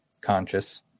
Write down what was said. conscious